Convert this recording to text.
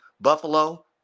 Buffalo